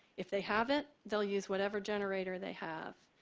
if they have it, they'll use whatever generator they have.